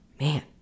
Man